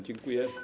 Dziękuję.